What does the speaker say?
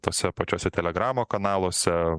tose pačiose telegramo kanaluose